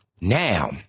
now